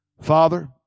Father